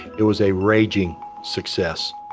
it was a raging success